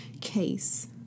case